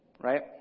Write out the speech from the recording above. Right